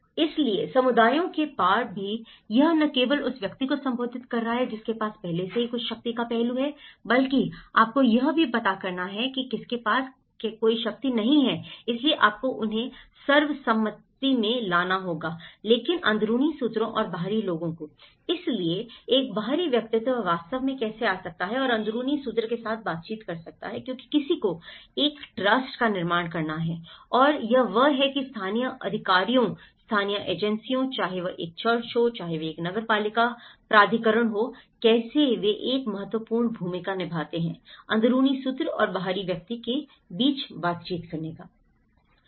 इसलिए समुदायों के पार भी यह न केवल उस व्यक्ति को संबोधित कर रहा है जिसके पास पहले से ही कुछ शक्ति का पहलू है बल्कि आपको यह भी पता करना है कि किसके पास कोई शक्ति नहीं है इसलिए आपको उन्हें सर्वसम्मति में लाना होगा लेकिन अंदरूनी सूत्रों और बाहरी लोगों को इसलिए एक बाहरी व्यक्ति वास्तव में कैसे आ सकता है और अंदरूनी सूत्र के साथ बातचीत कर सकता है क्योंकि किसी को एक ट्रस्ट का निर्माण करना है और वह यह है कि स्थानीय अधिकारियों स्थानीय एजेंसियों चाहे वह एक चर्च हो चाहे वह एक नगरपालिका प्राधिकरण हो कैसे वे एक महत्वपूर्ण भूमिका निभाते हैं अंदरूनी सूत्र और बाहरी व्यक्ति के बीच बातचीत करना